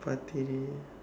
fartini